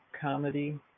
comedy